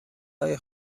های